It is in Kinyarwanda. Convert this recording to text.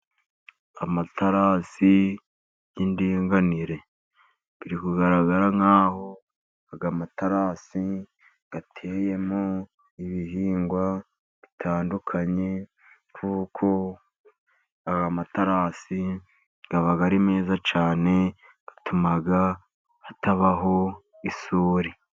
Amatarasi y'indinganire. Biri kugaragara nk'aho aya materasi ateyemo ibihingwa bitandukanye, kuko amaterasi aba ari meza cyane, atuma hatabaho isuri.